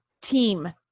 team